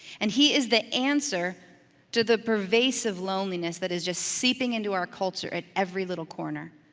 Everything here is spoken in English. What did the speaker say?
and he is the answer to the pervasive loneliness that is just seeping into our culture at every little corner.